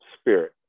spirit